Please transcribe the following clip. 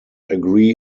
agree